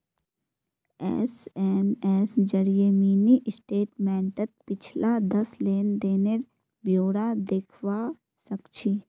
SMS जरिए mini स्टेटमेंटत पिछला दस लेन देनेर ब्यौरा दखवा सखछी